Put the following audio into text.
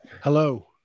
Hello